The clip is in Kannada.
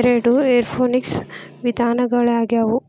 ಎರಡು ಏರೋಪೋನಿಕ್ಸನ ವಿಧಗಳಾಗ್ಯವು